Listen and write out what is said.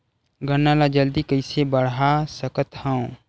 गन्ना ल जल्दी कइसे बढ़ा सकत हव?